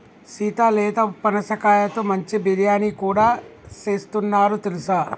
సీత లేత పనసకాయతో మంచి బిర్యానీ కూడా సేస్తున్నారు తెలుసా